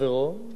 זאת האמת,